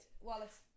wallace